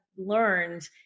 learned